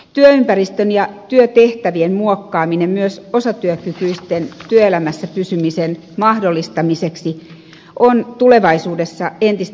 työympäristön ja työtehtävien muokkaaminen myös osatyökykyisten työelämässä pysymisen mahdollistamiseksi on tulevaisuudessa entistä tärkeämpää